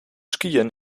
skiën